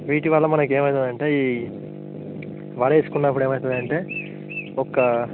వీటివల్ల మనకు ఏమి అవుతుందంటే ఈ వరి వేసుకున్నప్పుడు ఏమి అవుతుందంటే ఒక